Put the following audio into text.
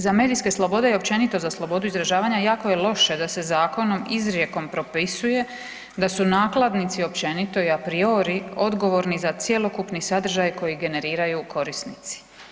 Za medijske slobode i općenito za slobodu izražavanja jako je loše da se zakonom izrijekom propisuje da su nakladnici općenito a priori odgovorni za cjelokupni sadržaj koji generiraju korisnici.